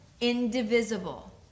indivisible